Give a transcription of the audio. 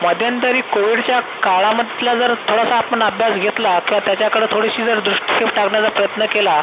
मद्यंध्यंतरी कोविडच्या काळामधला जर थोडासा आपण अभ्यास घेतला का त्याच्याकडे थोडीशी जर दृष्टीक्षेप टाकण्याचा प्रयत्न केला